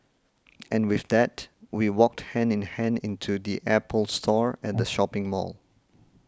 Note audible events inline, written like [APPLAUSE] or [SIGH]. and with that we walked hand in hand into the Apple Store [NOISE] at the shopping mall